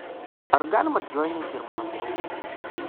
ar galima džoininti ir mano tėvus